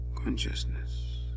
consciousness